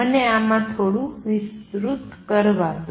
મને તેના પર થોડું વિસ્તૃત કરવા દો